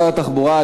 לשר התחבורה,